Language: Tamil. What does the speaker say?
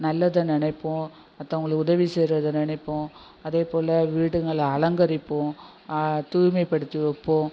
நல்லதை நினைப்போம் மற்றவங்களுக்கு உதவி செய்றதை நினைப்போம் அதேப் போல வீடுகளை அலங்கரிப்போம் தூய்மைப்படுத்தி வைப்போம்